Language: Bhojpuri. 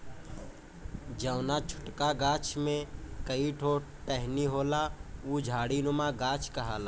जौना छोटका गाछ में कई ठो टहनी होला उ झाड़ीनुमा गाछ कहाला